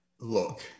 Look